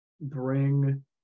bring